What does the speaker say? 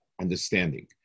understanding